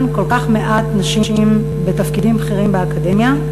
כל כך מעט נשים בתפקידים בכירים באקדמיה,